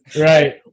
right